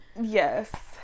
Yes